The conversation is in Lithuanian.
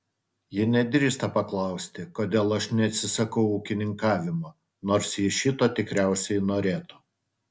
ji nedrįsta paklausti kodėl aš neatsisakau ūkininkavimo nors ji šito tikriausiai norėtų